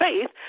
faith